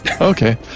okay